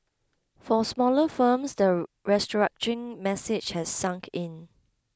for smaller firms the restructuring message has sunk in